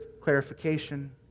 clarification